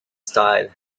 style